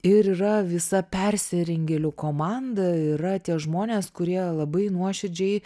ir yra visa persirengėlių komanda yra tie žmonės kurie labai nuoširdžiai